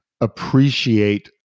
appreciate